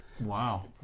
Wow